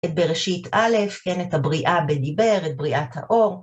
את בראשית א', כן, את הבריאה בדיבר, את בריאת האור.